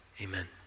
amen